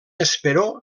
esperó